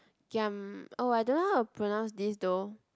giam oh I don't know how to pronounce this though